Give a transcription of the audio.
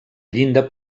llinda